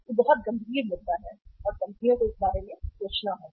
यह बहुत गंभीर मुद्दा है और कंपनियों को इस बारे में सोचना होगा